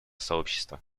сообщества